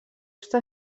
està